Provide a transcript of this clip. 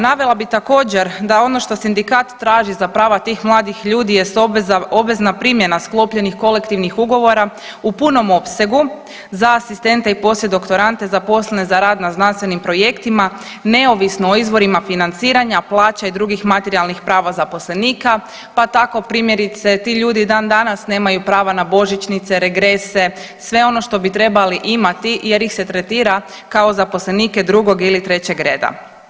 Navela bih također, da ono što sindikat traži za prava tih mladih ljudi jest obvezna primjena sklopljenih kolektivnih ugovora u punom opsegu za asistente i poslijedoktorande zaposlene za rad na znanstvenim projektima, neovisno o izvorima financiranja, plaća i drugih materijalnih prava zaposlenika, pa tako, primjerice, ti ljudi dan danas nemaju prava na božićnice, regrese, sve ono što bi trebali imati jer ih se tretira kao zaposlenike drugog ili trećeg reda.